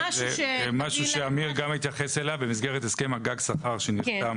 זה משהו שאמיר גם התייחס אליו במסגרת הסכם גג שכר שנחתם